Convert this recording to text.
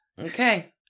Okay